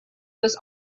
was